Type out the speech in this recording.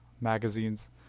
magazines